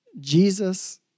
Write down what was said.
Jesus